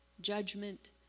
judgment